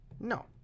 No